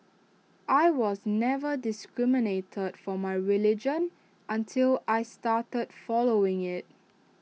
I was never discriminated for my religion until I started following IT